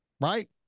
right